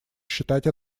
считать